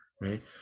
right